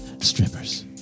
strippers